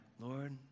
Lord